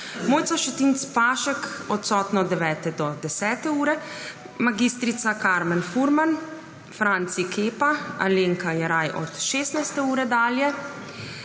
Mojca Šetinc Pašek od 9. do 10. ure, mag. Karmen Furman, Franci Kepa, Alenka Jeraj od 16. ure dalje,